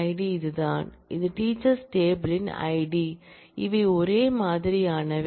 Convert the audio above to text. ID இதுதான் இது teachers table யின் ஐடி அவை ஒரே மாதிரியானவை